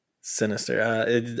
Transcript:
sinister